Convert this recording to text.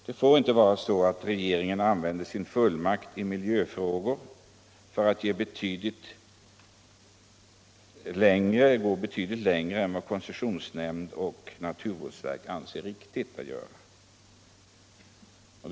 Det får inte vara så att regeringen använder sin fullmakt i miljöfrågor för att gå betydligt längre än vad koncessionsnämnd och naturvårdsverk anser riktigt att göra.